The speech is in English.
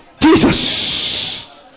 Jesus